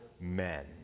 men